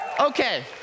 Okay